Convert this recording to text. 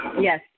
Yes